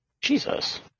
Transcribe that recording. Jesus